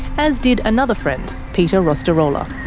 as did another friend, peta rostirola.